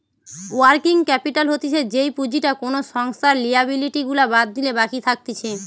working capital হতিছে যেই পুঁজিটা কোনো সংস্থার লিয়াবিলিটি গুলা বাদ দিলে বাকি থাকতিছে